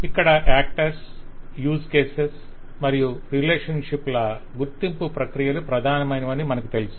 ఇక్కడ actors use cases మరియు relationship ల గుర్తింపు ప్రక్రియలు ప్రధానమైనవని మనకు తెలుసు